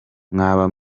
mwaba